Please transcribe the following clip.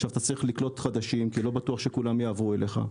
עכשיו כשצריך לקלוט חדשים כי לא בטוח שכולם יעברו אליך,